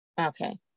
okay